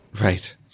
Right